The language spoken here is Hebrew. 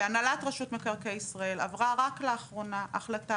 בהנהלת רשות מקרקעי ישראל עברה רק לאחרונה החלטה